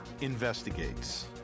investigates